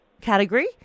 category